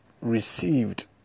received